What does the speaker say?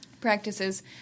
Practices